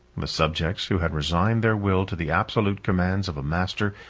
the subjects, who had resigned their will to the absolute commands of a master,